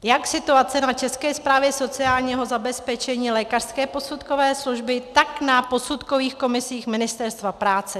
Jak situace na České správě sociálního zabezpečení, lékařské posudkové služby, tak na posudkových komisích Ministerstva práce.